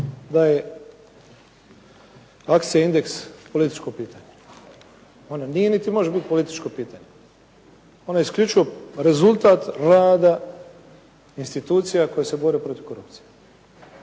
da je akcija "Indeks" političko pitanja. Ona nije niti može biti političko pitanje, ona je isključivo rezultat rada institucija koje se bore protiv korupcije.